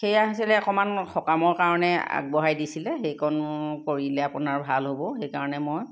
সেয়া হৈছিলে অকণমান সকামৰ কাৰণে আগবঢ়াই দিছিলে সেইকণ কৰিলে আপোনাৰ ভাল হ'ব সেইকাৰণে মই